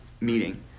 meeting